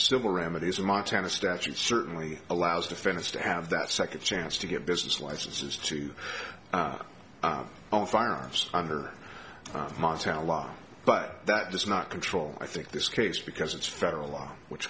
civil remedies in montana statutes certainly allows defense to have that second chance to get business licenses to own firearms under montana law but that does not control i think this case because it's federal law which